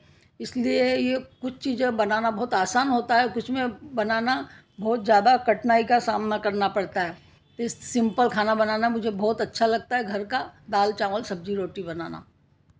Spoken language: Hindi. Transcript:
इसलिए ये कुछ चीज़ें बनाना बहुत आसान होता है और किसी में बनाना बहुत ज़्यादा कठिनाई का सामना करना पड़ता है इस सिंपल खाना बनाना मुझे बहुत अच्छा लगता है घर का दाल चावल सब्ज़ी रोटी बनाना